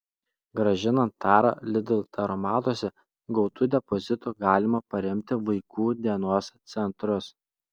grąžinant tarą lidl taromatuose gautu depozitu galima paremti vaikų dienos centrus